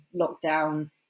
lockdown